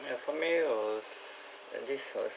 ya for me it was and this was